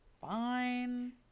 Fine